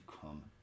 come